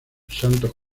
santos